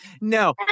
No